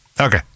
Okay